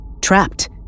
trapped